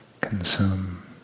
consume